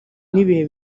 n’ibihe